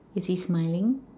is he smiling